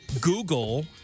Google